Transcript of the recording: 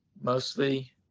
mostly